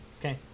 Okay